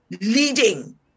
leading